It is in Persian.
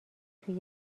توی